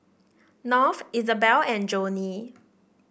North Izabelle and Jonnie